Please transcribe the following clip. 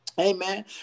Amen